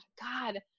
God